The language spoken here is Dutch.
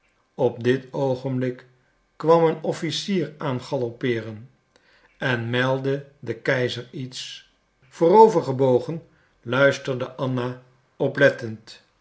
op dit oogenblik kwam een officier aan galoppeeren en meldde den keizer iets voorovergebogen luisterde anna oplettend